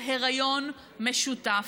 "היריון משותף",